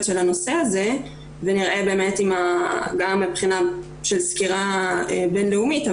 של הנושא הזה ונראה גם מבחינה של סקירה בינלאומית,